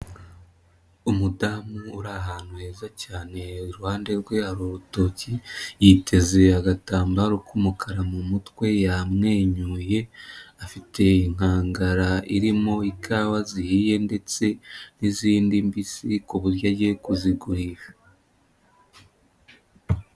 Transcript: Umudamu uri ahantu heza cyane iruhande rwe urutoki, yiteze agatambaro k'umukara mu mutwe yamwenyuye, afite inkangara irimo ikawa zihiye ndetse n'izindi mbisi ku buryo agiye kuzigurisha.